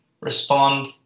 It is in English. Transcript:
respond